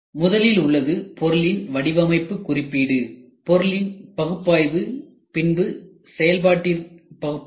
முதலில் உள்ளது பொருளின் வடிவமைப்பு குறிப்பீடு பொருளின் பகுப்பாய்வு பின்பு செயல்பாட்டு பகுப்பாய்வு